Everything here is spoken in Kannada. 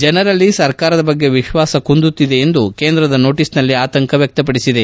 ಜನರಲ್ಲಿ ಸರ್ಕಾರದ ಬಗ್ಗೆ ವಿಶ್ವಾಸ ಕುಂದುತ್ತಿದೆ ಎಂದು ಕೇಂದ್ರದ ನೋಟಸ್ನಲ್ಲಿ ಆತಂಕ ವಕ್ಕಪಡಿಸಿದೆ